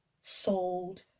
sold